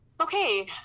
Okay